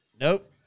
nope